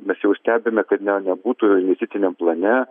mes jau stebime kad ne nebūtų jutikiniam plane